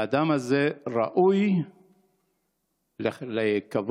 האדם הזה ראוי לכבוד.